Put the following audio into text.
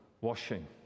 washing